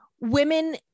women